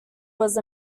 was